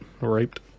raped